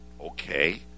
Okay